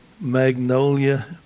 Magnolia